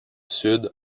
sud